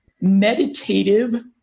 meditative